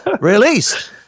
Released